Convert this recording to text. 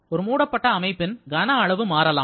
ஒரு மூடப்பட்ட அமைப்பின் கன அளவு மாறலாம்